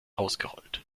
ausgerollt